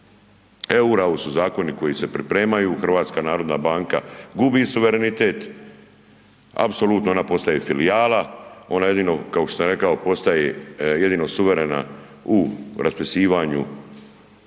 eura, ovo su zakoni koji se pripremaju, HNB gubi suverenitet apsolutno, ona postaje filijala, ona jedino kao što sam rekao postaje jedino suverena u raspisivanju